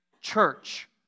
church